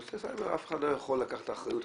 בנושא סייבר אף אחד לא יכול לקחת את האחריות,